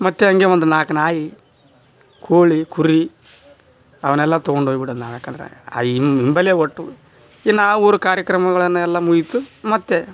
ಮತ್ತೆ ಹಂಗೆ ಒಂದು ನಾಲ್ಕು ನಾಯಿ ಕೋಳಿ ಕುರಿ ಅವನ್ನೆಲ್ಲ ತೊಗೊಂಡೋಗ್ಬಿಡೋದು ನಾವು ಯಾಕಂದ್ರ ಇಂಬಲೆ ಒಟ್ಟು ಇನ್ನು ಆ ಊರು ಕಾರ್ಯಕ್ರಮಗಳನ್ನೆಲ್ಲ ಮುಗಿಯಿತು ಮತ್ತೆ